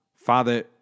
father